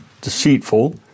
deceitful